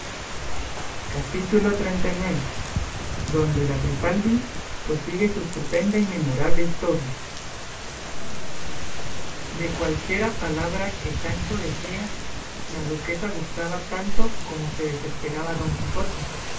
capítulo xxxix donde la trifaldi prosigue su estupenda y memorable historia de cualquiera palabra que sancho decía la duquesa gustaba tanto como se desesperaba don quijote